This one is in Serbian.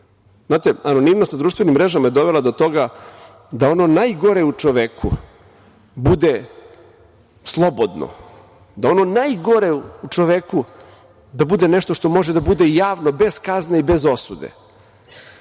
to. Znate, anonimnost na društvenim mrežama je dovela do toga da ono najgore u čoveku bude slobodno, da ono najgore u čoveku bude nešto što može da bude javno, bez kazne i bez osude.